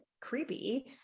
creepy